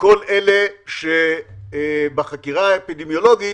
מכל אלה שבחקירה האפידמיולוגית